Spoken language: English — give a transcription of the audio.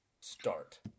Start